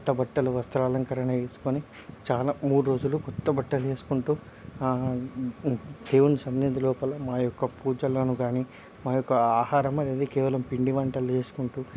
కొత్తబట్టలు వస్త్రాలంకరణ ఏసుకొని చాలా మూడు రోజులు కొత్తబట్టలేసుకుంటూ దేవుని సన్నిధి లోపల మా యొక్క పూజలను గానీ మా యొక్క ఆహారమనేది కేవలం పిండి వంటలు చేసుకుంటూ